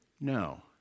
No